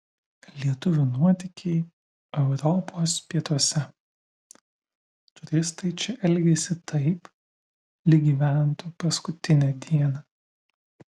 lietuvių nuotykiai europos pietuose turistai čia elgiasi taip lyg gyventų paskutinę dieną